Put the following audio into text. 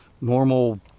normal